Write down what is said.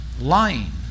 lying